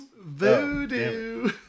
Voodoo